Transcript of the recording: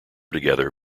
together